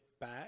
back